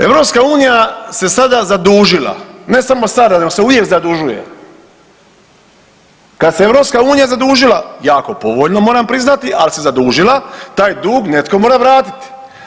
EU se sada zadužila ne samo sada, nego se uvijek zadužuje, kad se EU zadužila jako povoljno moram priznati ali se zadužila taj dug netko mora vratiti.